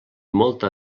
molta